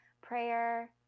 prayer